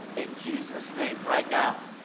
in jesus name, right now.